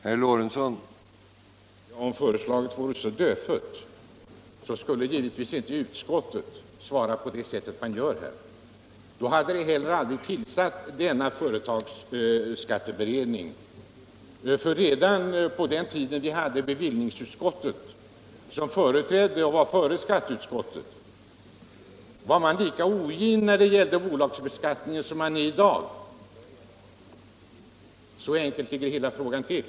Herr talman! Om förslaget vore så dödfött, skulle givetvis inte utskottet svara på det sätt som det gör. Då hade man heller aldrig tillsatt denna företagsskatteberedning. Redan på den tiden då vi hade bevillningsutskottet, dvs. skatteutskottets föregångare, var man lika ogin när det gällde yrkanden om bolagsbeskattningen som man är i dag. Så enkelt ligger hela frågan till.